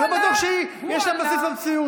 אני לא בטוח שיש לה בסיס במציאות.